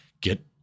get